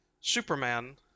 Superman